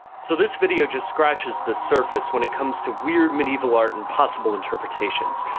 so this video just scratches the surface when it comes to weird medieval art and possible interpretations.